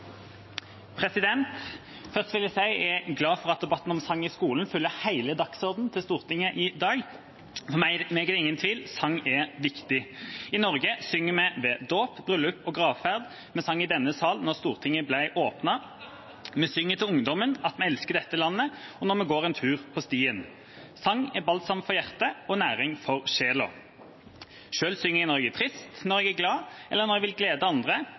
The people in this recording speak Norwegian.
1. Først vil jeg si at jeg er glad for at debatten om sang i skolen fyller hele dagsordenen til Stortinget i dag! For meg er det ingen tvil: Sang er viktig. I Norge synger vi ved dåp, bryllup og gravferd. Vi sang i denne sal da Stortinget ble åpnet. Vi synger til ungdommen, at vi elsker dette landet, og når vi går en tur på stien. Sang er balsam for hjertet og næring for sjela. Selv synger jeg når jeg er trist, når jeg er glad, eller når jeg vil glede andre.